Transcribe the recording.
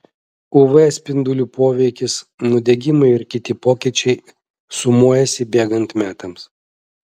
uv spindulių poveikis nudegimai ir kiti pokyčiai sumuojasi bėgant metams